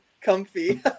Comfy